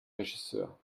regisseur